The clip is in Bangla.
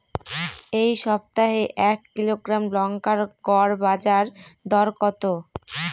এই সপ্তাহে এক কিলোগ্রাম লঙ্কার গড় বাজার দর কত?